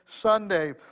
Sunday